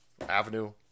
Avenue